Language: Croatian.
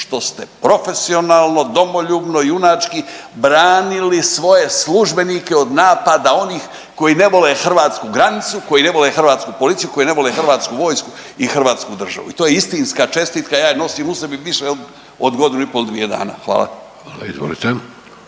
što ste profesionalno, domoljubno, junači branili svoje službenike od napada onih koji ne vole hrvatsku granicu, koji ne vole hrvatsku policiju, koji ne vole hrvatsku vojsku i hrvatsku državu. I to je istinska čestitka, ja je nosim u sebi više od godinu i pol, dvije dana. Hvala. **Božinović,